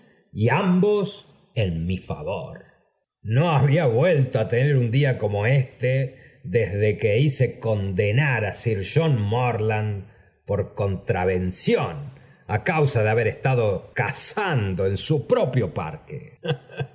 y ambos en mi favor no había vuelto á tener un día como éste desde que hice condenar á sir john morland por contravención á causa de haber estado cazando en su propio parque